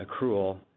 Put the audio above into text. accrual